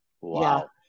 Wow